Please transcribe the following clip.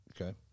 Okay